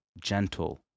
gentle